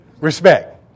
Respect